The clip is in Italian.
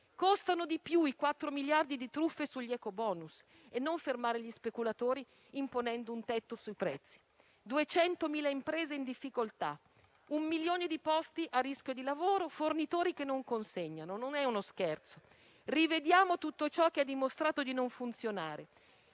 Costano di più i 4 miliardi di truffe sugli eco *bonus* che non fermare gli speculatori, imponendo un tetto sui prezzi. Sono 200.000 le imprese in difficoltà; un milione i posti di lavoro a rischio, fornitori che non consegnano: non è uno scherzo. Rivediamo tutto ciò che ha dimostrato di non funzionare,